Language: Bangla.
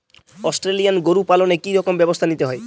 অস্ট্রেলিয়ান গরু পালনে কি রকম ব্যবস্থা নিতে হয়?